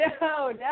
no